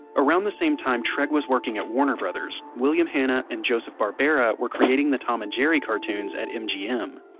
around the same time treg was working at warner brothers, william hanna and joseph barbera were creating the tom and jerry cartoons at mgm.